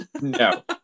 no